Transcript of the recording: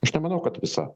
aš nemanau kad visa